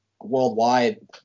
worldwide